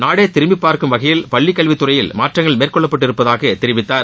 நாடே திரும்பிப் பார்க்கும் வகையில் பள்ளிக் கல்வித் துறையில் மாற்றங்கள் மேற்கொள்ளப்பட்டு இருப்பதாக தெரிவித்தார்